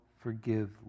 forgive